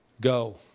Go